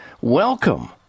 Welcome